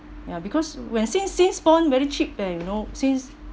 ya because when since since born very cheap there you know since